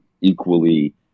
equally